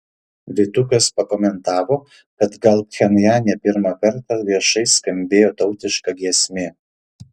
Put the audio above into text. vytukas pakomentavo kad gal pchenjane pirmą kartą viešai skambėjo tautiška giesmė